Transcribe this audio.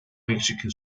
mexican